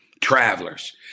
Travelers